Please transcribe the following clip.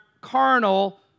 carnal